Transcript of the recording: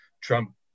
Trump